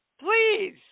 Please